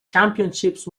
championship